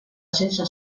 sense